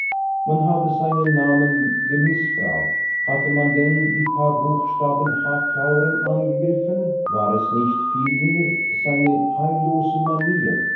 man habe seinen namen gemißbraucht hatte man denn die paar buchstaben h clauren angegriffen war es nicht vielmehr seine heillose manier